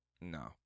No